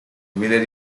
village